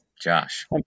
Josh